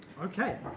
Okay